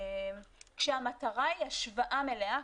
כשהמטרה היא השוואה מלאה,